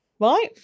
right